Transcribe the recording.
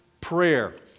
prayer